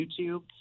YouTube